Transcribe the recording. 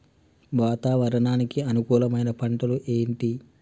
వాతావరణానికి అనుకూలమైన పంటలు ఏంటి?